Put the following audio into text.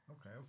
Okay